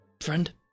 friend